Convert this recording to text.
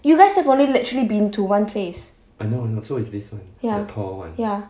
you guys have only literally been to one place ya ya